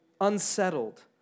unsettled